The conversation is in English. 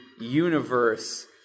universe